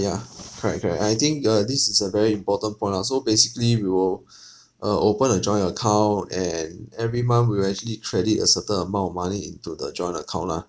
yeah correct correct I think uh this is a very important point ah so basically we will uh open a joint account and every month we'll actually credit a certain amount of money into the joint account lah